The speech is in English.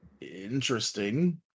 interesting